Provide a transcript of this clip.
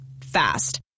Fast